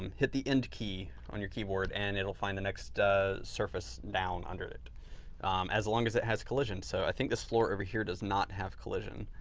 um hit the end key on your keyboard and it'll find the next surface down under it it as long as it has collision. so, i think this floor over here does not have collision.